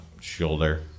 shoulder